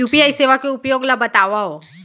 UPI सेवा के उपयोग ल बतावव?